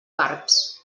barbs